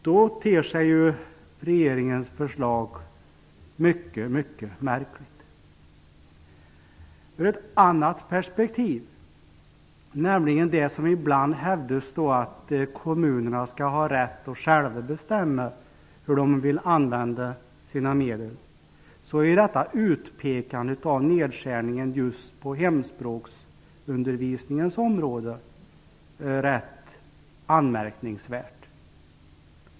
Mot den bakgrunden ter sig regeringens förslag mycket märkligt. Sedan finns det ett annat perspektiv. Ibland hävdas det ju att kommunerna skall ha rätt att själva bestämma hur medlen skall användas. Då är detta utpekande av nedskärningar just på hemspråksundervisningens område ganska anmärkningsvärt.